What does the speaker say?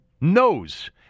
knows